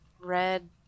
red